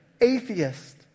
atheist